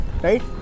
right